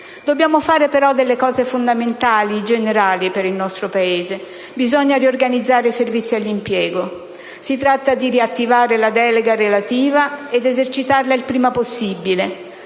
Dobbiamo fare però delle cose fondamentali e generali per il nostro Paese. Bisogna riorganizzare i servizi per l'impiego; si tratta di riattivare la delega relativa ed esercitarla il prima possibile.